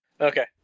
Okay